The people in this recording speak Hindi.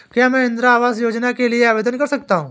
क्या मैं इंदिरा आवास योजना के लिए आवेदन कर सकता हूँ?